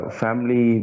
family